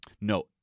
No